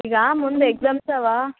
ಈಗ ಮುಂದೆ ಎಕ್ಸಾಮ್ಸ್ ಅವಾ